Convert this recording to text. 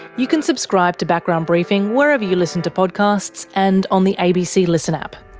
you can subscribe to background briefing wherever you listen to podcasts, and on the abc listen app.